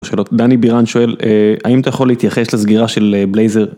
שאלות דני בירן שואל האם אתה יכול להתייחס לסגירה של בלייזר.